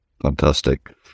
fantastic